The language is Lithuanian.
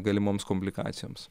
galimoms komplikacijoms